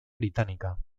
británica